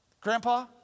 Grandpa